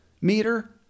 meter